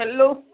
hello